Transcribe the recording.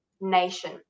nation